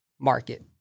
market